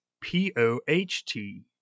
P-O-H-T